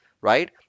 right